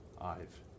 Ive